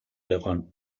oregon